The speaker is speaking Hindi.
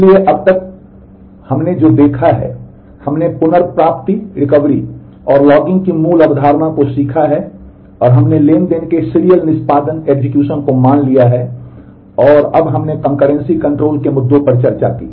इसलिए अब तक हमने जो देखा है हमने पुनर्प्राप्ति और लॉगिंग की मूल अवधारणा को सीखा है और हमने ट्रांज़ैक्शन के सीरियल निष्पादन के मुद्दों पर चर्चा की